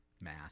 math